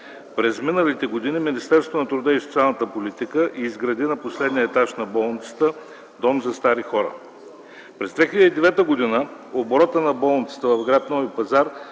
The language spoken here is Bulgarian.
през миналите години Министерството на труда и социалната политика изгради на последния етаж на болницата Дом за стари хора. През 2009 г. оборотът на болницата в гр. Нови пазар